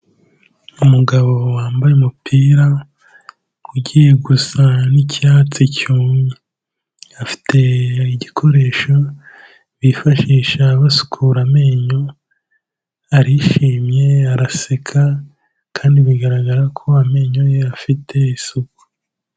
Umugabo wambaye umupira ugiye gusa n'icyatsi cyumye, afite igikoresho bifashisha basukura amenyo, arishimye, araseka kandi bigaragara ko amenyo ye afite isuku.